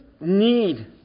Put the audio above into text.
need